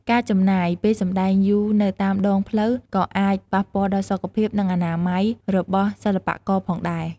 ការចំណាយពេលសម្ដែងយូរនៅតាមដងផ្លូវក៏អាចប៉ះពាល់ដល់សុខភាព និងអនាម័យរបស់សិល្បករផងដែរ។